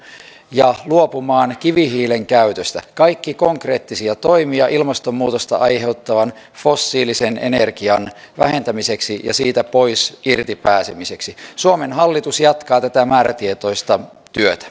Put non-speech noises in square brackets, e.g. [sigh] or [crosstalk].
ja luopumaan kivihiilen käytöstä kaikki konkreettisia toimia ilmastonmuutosta aiheuttavan fossiilisen energian vähentämiseksi ja siitä irti pääsemiseksi suomen hallitus jatkaa tätä määrätietoista työtä [unintelligible]